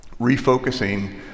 refocusing